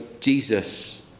Jesus